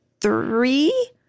three